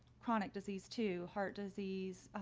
chronic disease to heart disease,